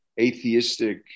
atheistic